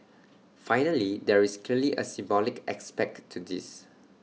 finally there is clearly A symbolic aspect to this